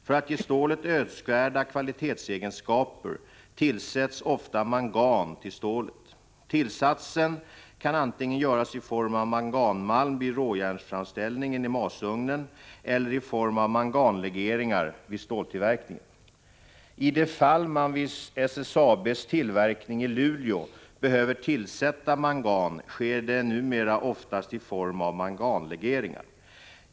För att ge stålet önskvärda kvalitetsegenskaper tillsätts ofta mangan till stålet. Tillsatsen kan antingen göras i form av manganmalm vid råjärnsframställningen i masugnen eller i form av manganlegeringar vid ståltillverkningen. I de fall man vid SSAB:s tillverkning i Luleå behöver tillsätta mangan sker det numera oftast i form av manganlegeringar.